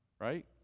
Right